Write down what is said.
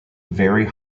very